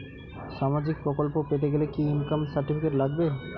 সামাজীক প্রকল্প পেতে গেলে কি ইনকাম সার্টিফিকেট লাগবে?